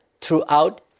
throughout